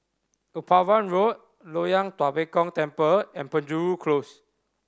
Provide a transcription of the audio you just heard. Upavon Road Loyang Tua Pek Kong Temple and Penjuru Close